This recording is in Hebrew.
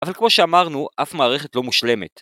אבל כמו שאמרנו, אף מערכת לא מושלמת.